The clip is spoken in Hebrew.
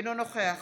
אינו נוכח